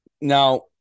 Now